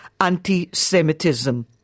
anti-Semitism